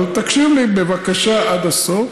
תקשיב לי, בבקשה, עד הסוף.